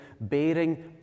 bearing